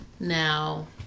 now